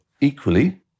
equally